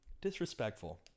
Disrespectful